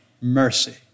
mercy